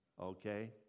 okay